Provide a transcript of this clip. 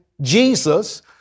Jesus